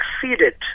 succeeded